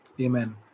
Amen